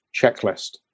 checklist